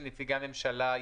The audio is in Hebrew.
האחרון,